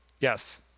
Yes